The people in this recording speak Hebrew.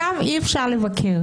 אותם אי אפשר לבקר.